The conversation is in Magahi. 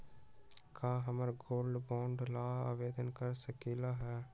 का हम गोल्ड बॉन्ड ला आवेदन कर सकली ह?